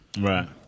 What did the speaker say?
Right